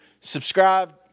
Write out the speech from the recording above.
subscribe